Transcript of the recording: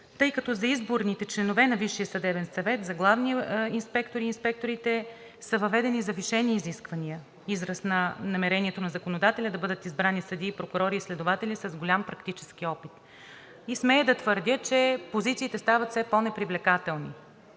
тъй като за изборните членове на Висшия съдебен съвет за главни инспектори и инспекторите са въведени завишени изисквания – израз на намерението на законодателя да бъдат избрани съдии, прокурори и следователи с голям практически опит, и смея да твърдя, че позициите стават все по-непривлекателни.